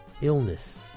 illness